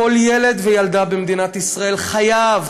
כל ילד וילדה במדינת ישראל חייב,